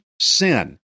sin